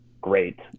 great